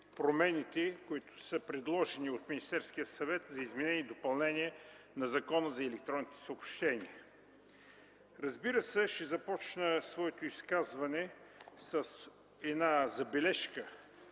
промените, предложени от Министерския съвет за изменение и допълнение на Закона за електронните съобщения. Ще започна своето изказване с една забележка